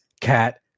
Cat